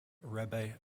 rebbe